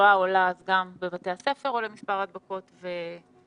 כשהתחלואה עולה אז גם בבתי הספר עולה מספר ההדבקות ולהיפך.